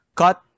cut